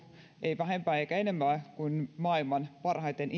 ei vähempää eikä enempää kuin maailman parhaiten